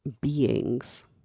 beings